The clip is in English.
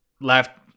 Left